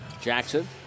Jackson